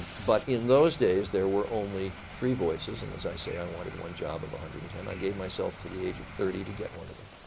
but in those days there were only three voices. and as i say i wanted one job of one hundred and ten. i gave myself to the age of thirty to get one of them.